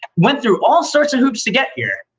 went through all sorts of hoops to get here.